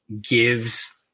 gives